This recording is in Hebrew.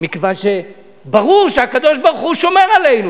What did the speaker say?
מכיוון שברור שהקדוש-ברוך-הוא שומר עלינו.